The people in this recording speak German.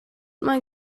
man